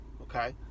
okay